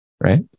right